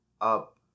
up